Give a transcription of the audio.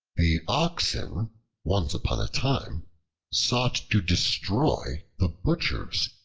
the oxen once upon a time sought to destroy the butchers,